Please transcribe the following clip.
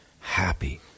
happy